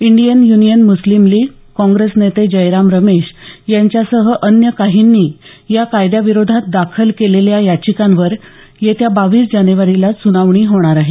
Indian union Muslim league Congress नेते जयराम रमेश यांच्यासह अन्य काहींनी या कायद्याविरोधात दाखल केलेल्या बावीस याचिकांवर येत्या बावीस जानेवारीला सुनावणी होणार आहे